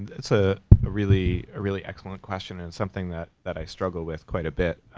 it's a really a really excellent question and something that that i struggle with quite a bit.